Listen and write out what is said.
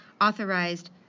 authorized